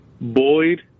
Boyd